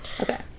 okay